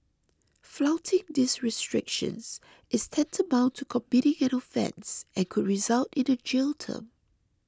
flouting these restrictions is tantamount to committing an offence and could result in a jail term